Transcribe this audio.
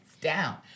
down